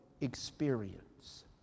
experience